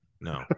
No